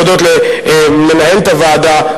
להודות למנהלת הוועדה,